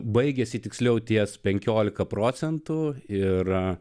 baigiasi tiksliau ties penkiolika procentų ir